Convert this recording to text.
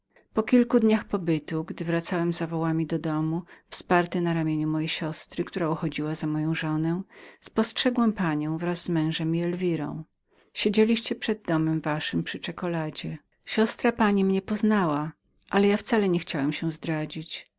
po kilku dniach pobytu gdy wracałem za wołami do domu wsparty na ramieniu mojej siostry która uchodziła za moją żonę spostrzegłem panią wraz z elwirą i twoim mężem siedzieliście przed domem waszym przy wieczerzy poznałyście mnie obie ale ja wcale nie chciałem się zdradzić